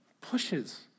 pushes